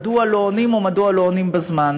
מדוע לא עונים או מדוע לא עונים בזמן,